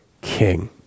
king